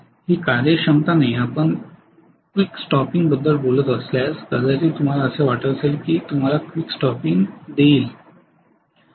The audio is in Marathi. ही कार्यक्षमता नाही आपण क्विक स्टॉपिंग बद्दल बोलत असल्यास कदाचित तुम्हाला असे वाटत असेल की हे तुम्हाला क्विक स्टॉपिंग देईल